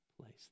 place